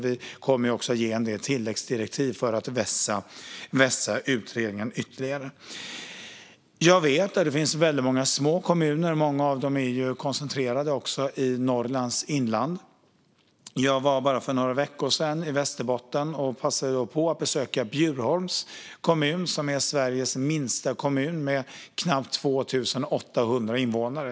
Vi kommer också att ge en del tilläggsdirektiv för att vässa utredningen ytterligare. Jag vet att det finns väldigt många små kommuner; många av dem är koncentrerade till Norrlands inland. Jag var bara för några veckor sedan i Västerbotten och passade då på att besöka Bjurholms kommun, som är Sveriges minsta kommun med knappt 2 800 invånare.